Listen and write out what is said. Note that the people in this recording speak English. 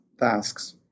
tasks